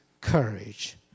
courage